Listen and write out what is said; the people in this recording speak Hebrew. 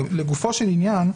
לגופו של עניין.